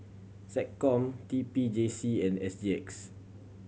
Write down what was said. SecCom T P J C and S G X